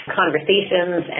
conversations